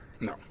No